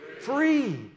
free